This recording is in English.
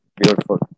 beautiful